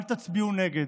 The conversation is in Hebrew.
אל תצביעו נגד.